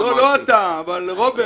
לא אתה, רוברט.